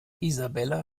isabella